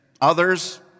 Others